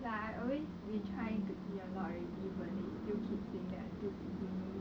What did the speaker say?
like I've always been trying to eat a lot already but they still keep saying that I'm too skinny